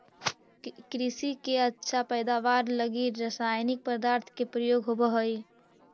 कृषि के अच्छा पैदावार लगी रसायनिक पदार्थ के प्रयोग होवऽ हई